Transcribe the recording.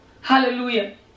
Hallelujah